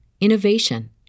innovation